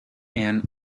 and